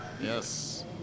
Yes